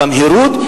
ובמהירות,